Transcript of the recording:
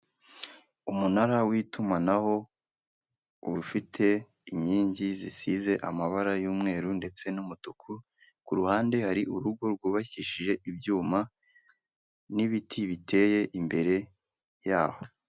Umunara w'itumanaho ufite inkingi zisize amabara y'umweru ndetse n'umutuku ku ruhande hari urugo rwubakishije ibyuma n'ibiti biteye imbere yaho.